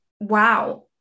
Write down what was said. wow